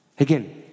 Again